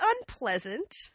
unpleasant